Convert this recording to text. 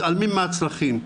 מתעלמים מהצרכים.